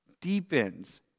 deepens